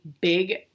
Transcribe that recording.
big